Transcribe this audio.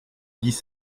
dix